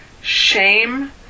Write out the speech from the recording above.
shame